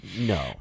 No